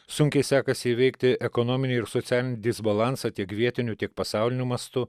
sunkiai sekasi įveikti ekonominį ir socialinį disbalansą tiek vietiniu tiek pasauliniu mastu